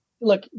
look